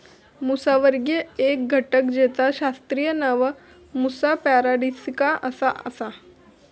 मुसावर्गीय एक घटक जेचा शास्त्रीय नाव मुसा पॅराडिसिका असा आसा